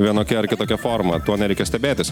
vienokia ar kitokia forma tuo nereikia stebėtis